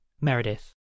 Meredith